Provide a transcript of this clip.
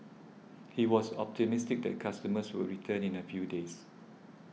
he was optimistic that customers would return in a few days